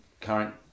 current